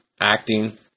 acting